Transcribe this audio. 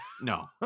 No